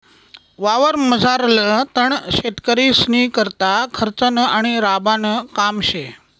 वावरमझारलं तण शेतकरीस्नीकरता खर्चनं आणि राबानं काम शे